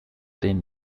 den